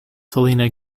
selena